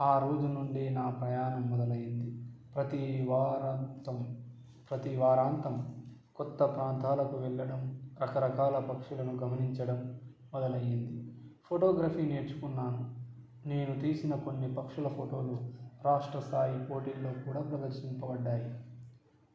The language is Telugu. ఆ రోజు నుండి నా ప్రయాణం మొదలైంది ప్రతీ వారాంతం ప్రతి వారాంతం కొత్త ప్రాంతాలకు వెళ్ళడం రకరకాల పక్షులను గమనించడం మొదలైయింది ఫోటోగ్రఫీ నేర్చుకున్నాను నేను తీసిన కొన్ని పక్షుల ఫోటోలు రాష్ట్ర స్థాయి పోటీల్లో కూడా ప్రదర్శింపబడ్డాయి